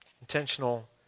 Intentional